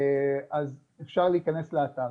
אז אפשר להיכנס לאתר.